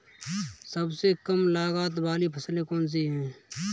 सबसे कम लागत वाली फसल कौन सी है?